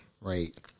right